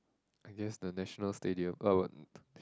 I guess the National Stadium